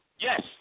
Yes